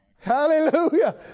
Hallelujah